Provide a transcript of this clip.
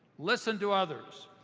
listen to others.